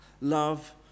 Love